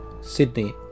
Sydney